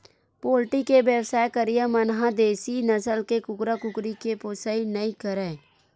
poultry के बेवसाय करइया मन ह देसी नसल के कुकरा, कुकरी के पोसइ नइ करय